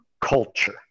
culture